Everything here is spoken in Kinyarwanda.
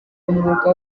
umwuga